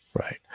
Right